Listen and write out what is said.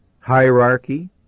hierarchy